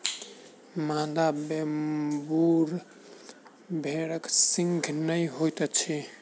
मादा वेम्बूर भेड़क सींघ नै होइत अछि